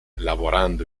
lavorando